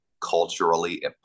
culturally